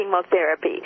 chemotherapy